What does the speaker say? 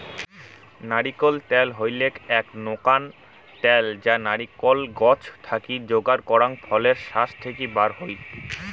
নারিকোল ত্যাল হইলেক এ্যাক নাকান ত্যাল যা নারিকোল গছ থাকি যোগার করাং ফলের শাস থাকি বার হই